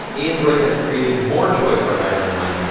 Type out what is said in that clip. android has created more choice for everyone,